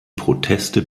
proteste